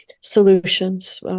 solutions